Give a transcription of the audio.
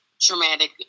traumatic